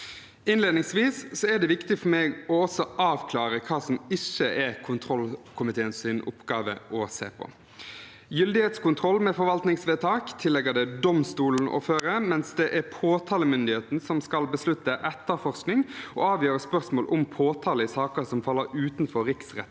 Innledningsvis er det viktig for meg også å avklare hva som ikke er kontrollkomiteens oppgave å se på. Gyldighetskontroll med forvaltningsvedtak tilligger det domstolen å føre, mens det er påtalemyndigheten som skal beslutte etterforskning og avgjøre spørsmål om påtale i saker som faller utenfor Riksrettens